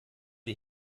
die